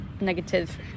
negative